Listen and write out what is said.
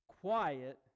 Quiet